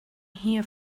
here